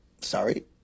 Sorry